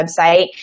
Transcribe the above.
website